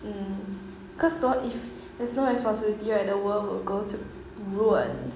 um because do~ if there's no responsibility right the world will go to ruin